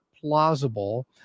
plausible